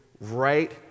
right